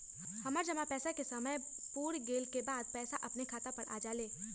हमर जमा पैसा के समय पुर गेल के बाद पैसा अपने खाता पर आ जाले?